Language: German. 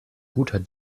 guter